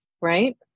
right